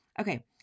Okay